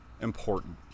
important